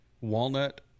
walnut